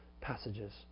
passages